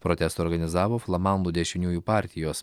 protestą organizavo flamandų dešiniųjų partijos